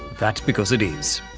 that's because it is!